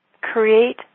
create